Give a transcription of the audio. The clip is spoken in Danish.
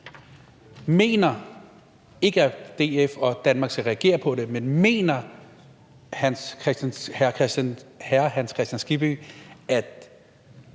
Det er ikke, fordi DF og Danmark skal reagere på det, men mener hr. Hans Kristian Skibby, at